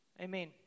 Amen